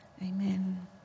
Amen